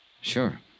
Sure